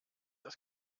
das